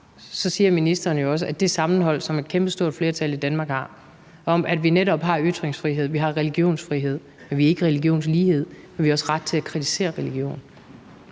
så siger ministeren jo også, at det sammenhold, som et kæmpestort flertal i Danmark har om, at vi netop har ytringsfrihed, at vi har religionsfrihed, men ikke religionslighed, og at vi har også ret til at kritisere religion,